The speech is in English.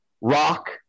rock